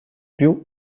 più